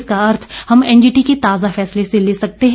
इसका अर्थ हम एनजीटी के ताजा फैसले से ले सकते हैं